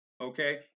Okay